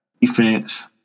defense